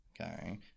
Okay